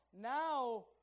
now